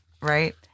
right